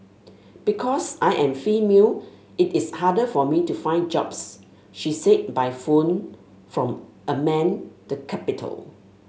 because I am female it is harder for me to find jobs she said by phone from Amman the capital